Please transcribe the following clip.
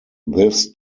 this